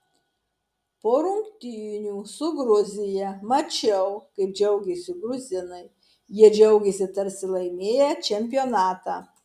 po rungtynių su gruzija mačiau kaip džiaugėsi gruzinai jie džiaugėsi tarsi laimėję čempionatą